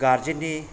guardian नि